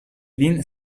vin